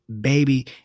baby